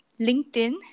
LinkedIn